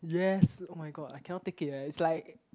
yes oh-my-god I cannot take it eh it's like